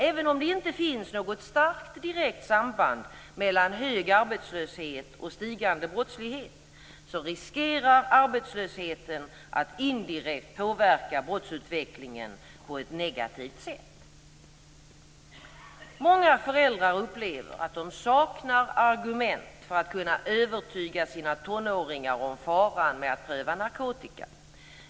Även om det inte finns något starkt direkt samband mellan hög arbetslöshet och stigande brottslighet, riskerar arbetslösheten att indirekt påverka brottsutvecklingen på ett negativt sätt. Många föräldrar upplever att de saknar argument för att kunna övertyga sina tonåringar om faran med att pröva narkotika.